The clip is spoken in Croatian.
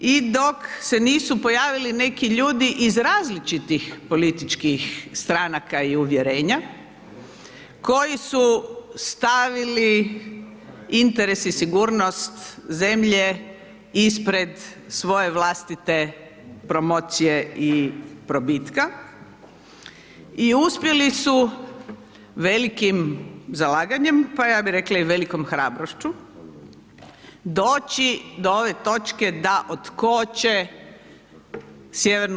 I dok se nisu pojavili neki ljudi iz različitih političkih stranaka i uvjerenja, koji su stavili interes i sigurnost zemlje ispred svoje vlastite promocije i probitka i uspjeli su velikim zalaganjem, pa ja bih rekla i velikom hrabrošću doći do ove točke da otkoče Sj.